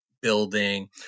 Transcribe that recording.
building